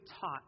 taught